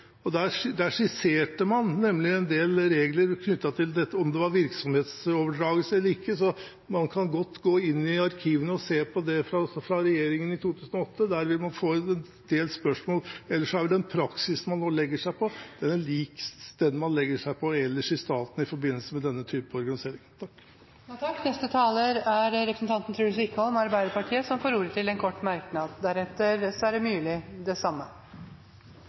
konkurranseutsetting. Der skisserte man en del regler knyttet til om det var virksomhetsoverdragelse eller ikke. Man kan godt gå inn i arkivene og se på det fra regjeringen i 2008, der vil man få svar på en del spørsmål. Ellers er den praksisen man nå legger seg på, lik den man legger seg på ellers i staten i forbindelse med denne typen organisering. Truls Wickholm har hatt ordet to ganger tidligere og får ordet til en kort merknad, begrenset til 1 minutt. Litt ettersom hvem man hører på her, skal det